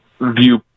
view